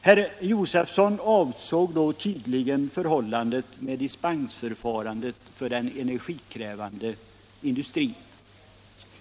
Herr Josefson avsåg tydligen förhållandet med ett dispensförfarande för den energikrävande industrin.